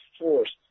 forced